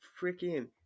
freaking